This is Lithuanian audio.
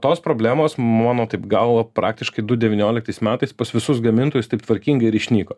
tos problemos mano taip galva praktiškai du devynioliktais metais pas visus gamintojus taip tvarkingai ir išnyko